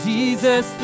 Jesus